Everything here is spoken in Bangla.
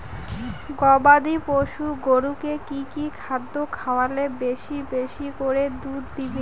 গবাদি পশু গরুকে কী কী খাদ্য খাওয়ালে বেশী বেশী করে দুধ দিবে?